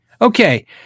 Okay